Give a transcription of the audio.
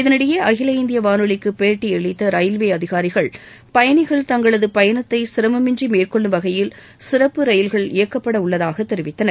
இதனிஎடயே அகில இந்திய வானொலிக்கு பேட்டியளித்த ரயில்வே அதிகாரிகள் பயணிகள் தங்களது பயணத்தை சிரமமின்றி மேற்கொள்ளும் வகையில் சிறப்பு ரயில்கள் இயக்கப்படவுள்ளதாக தெரிவித்தனர்